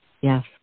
Yes